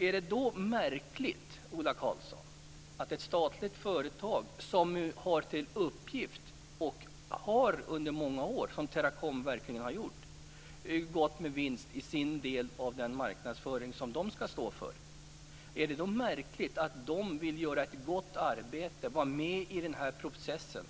Är det då märkligt, Ola Karlsson, att ett statligt företag som har till uppgift att marknadsföra, och där Teracom under flera år har gått med vinst, vill göra ett gott arbete och vara med i processen